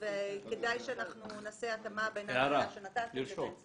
כדאי שאנחנו נעשה התאמה בין ההנחיה שנתתם לבין זה.